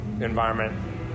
environment